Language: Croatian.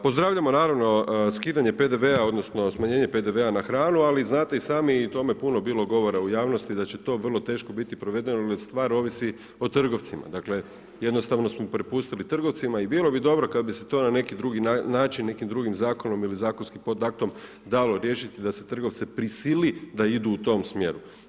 Pozdravljamo naravno skidanje PDV-a, odnosno smanjenje PDV-a na hranu ali znate i sami i o tome je puno bilo govora u javnosti da će to vrlo teško biti provedeno jer stvar ovisi o trgovcima, dakle jednostavno smo prepustili trgovcima i bilo bi dobro kada bi se to na neki drugi način i nekim drugim zakonom ili zakonskim podaktom dalo riješiti da se trgovce prisili da idu u tom smjeru.